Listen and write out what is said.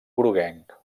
groguenc